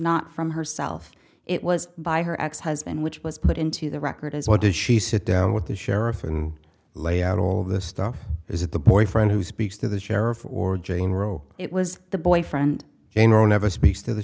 not from herself it was by her ex husband which was put into the record as what does she sit down with the sheriff and lay out all this stuff is it the boyfriend who speaks to the sheriff or jane roe it was the boyfriend you know never speaks to the